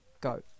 go